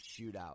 shootout